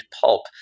pulp